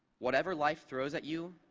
whatever life throws at you,